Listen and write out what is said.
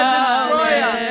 destroyer